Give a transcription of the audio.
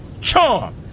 charm